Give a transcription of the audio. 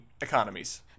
economies